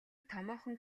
томоохон